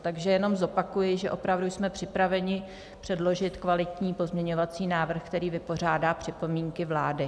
Takže jenom zopakuji, že jsme opravdu připraveni předložit kvalitní pozměňovací návrh, který vypořádá připomínky vlády.